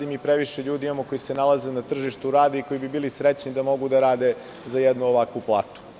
Imamo mi previše ljudi koji se nalaze na tržištu rada i koji bi bili srećni da mogu da rade za jednu ovakvu platu.